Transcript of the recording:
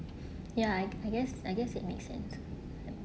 ya I I guess I guess it makes sense